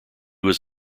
was